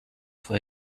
for